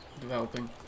Developing